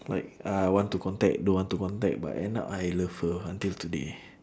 like uh want to contact don't want to contact but end up I love her until today